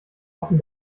offen